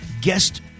guest